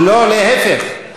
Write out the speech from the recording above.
לא, להפך.